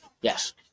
Yes